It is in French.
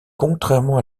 contrairement